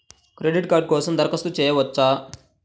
Credit card కోసం దరఖాస్తు చేయవచ్చా?